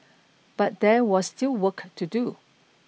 but there was still work to do